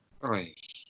Right